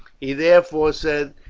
he therefore said,